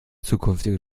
zukünftige